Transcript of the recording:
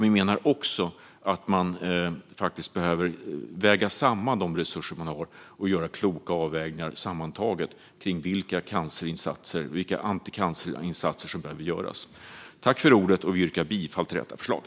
Vi menar också att man faktiskt behöver väga samman de resurser man har och göra kloka avvägningar kring vilka anticancerinsatser som behöver göras. Jag yrkar bifall till utskottets förslag.